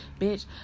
bitch